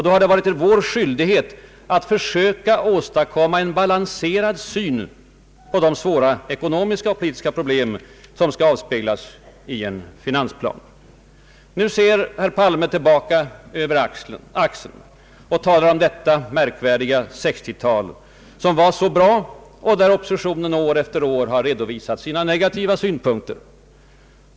Det har varit vår skyldighet att försöka åstadkomma en balanserad syn på de svåra ekonomiska och politiska problem som skall avspeglas i en finansplan. Nu ser herr Palme tilibaka över axeln och talar om detta märkvärdiga 1960 tal, som var så bra men där oppositionen år efter år bara redovisat negativa synpunkter.